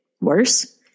worse